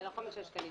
זה לא 5 שקלים.